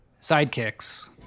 Sidekicks